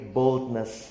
boldness